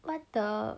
what the